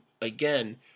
again